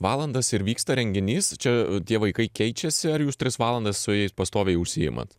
valandas ir vyksta renginys čia tie vaikai keičiasi ar jūs tris valandas su jais pastoviai užsiimat